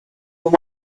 than